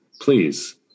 please